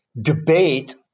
debate